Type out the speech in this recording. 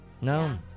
No